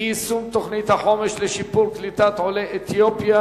אי-יישום תוכנית החומש לשיפור קליטת עולי אתיופיה,